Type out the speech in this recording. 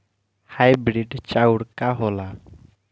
Hybrid चाउर का होला?